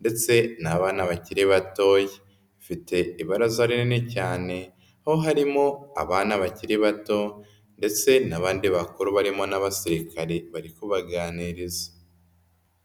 ndetse n'abana bakiri batoya. Bafite ibaraza rinini cyane aho harimo abana bakiri bato ndetse n'abandi bakuru barimo n'abasirikare bari kubaganiriza.